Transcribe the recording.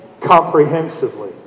comprehensively